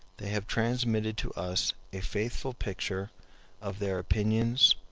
they have transmitted to us a faithful picture of their opinions,